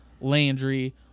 Landry